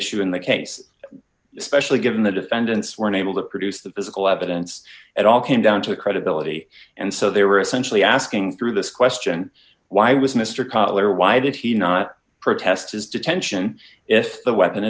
issue in the case especially given the defendants were unable to produce the physical evidence at all came down to credibility and so they were essentially asking through this question why was mr collier why did he not protest his detention if the weapon